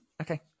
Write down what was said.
okay